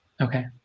Okay